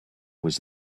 was